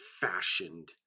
fashioned